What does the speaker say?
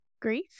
Grief